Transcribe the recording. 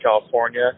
California